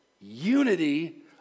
unity